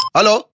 Hello